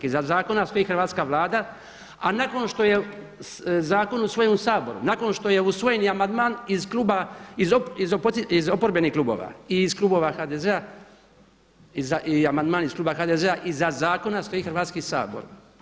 Iza zakona stoji hrvatska Vlada, a nakon što je zakon usvojen u Saboru, nakon što je usvojen i amandman iz oporbenih klubova i iz klubova HDZ-a i amandman iz kluba HDZ-a iza zakona stoji Hrvatski sabor.